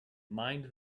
mind